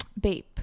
Bape